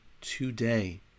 today